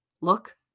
Look